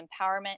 empowerment